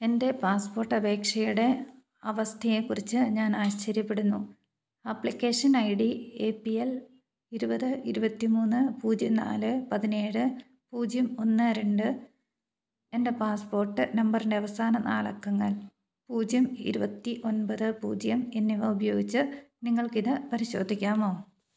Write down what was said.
എൻറ്റെ പാസ്പോര്ട്ടപേക്ഷയുടെ അവസ്ഥയെക്കുറിച്ചു ഞാൻ ആശ്ചര്യപ്പെടുന്നു ആപ്ലിക്കേഷന് I D A P L ഇരുപത് ഇരുപത്തി മൂന്ന് പൂജ്യം നാല് പതിനേഴ് പൂജ്യം ഒന്ന് രണ്ട് എന്റെ പാസ്പോര്ട്ട് നമ്പറിന്റെ അവസാന നാലക്കങ്ങൾ പൂജ്യം ഇരുപത്തി ഒൻപത് പൂജ്യം എന്നിവ ഉപയോഗിച്ച് നിങ്ങൾക്കിതു പരിശോധിക്കാമോ